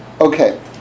Okay